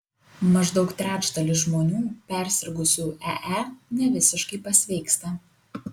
maždaug trečdalis žmonių persirgusių ee nevisiškai pasveiksta